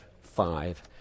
five